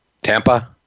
Tampa